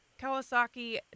Kawasaki